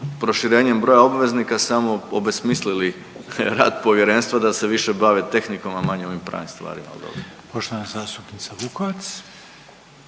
proširenjem broja obveznika samo obesmislili rad Povjerenstva da se više bave tehnikom, a manje ovim pravim stvarima,